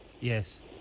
Yes